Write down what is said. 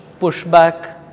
pushback